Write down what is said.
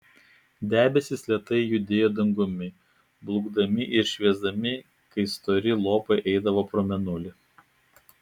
debesys lėtai judėjo dangumi blukdami ir šviesėdami kai stori lopai eidavo pro mėnulį